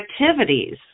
activities